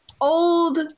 old